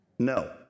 No